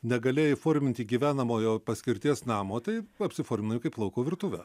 negalėjai įforminti gyvenamojo paskirties namo tai apsiforminai kaip lauko virtuvę